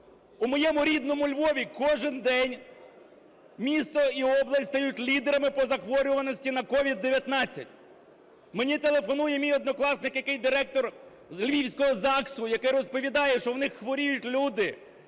У моєму рідному Львові кожен день місто і область стають лідерами по захворюваності на COVID-19. Мені телефонує мій однокласник, який директор Львівського ЗАГСу, який розповідає, що в них хворіють люди,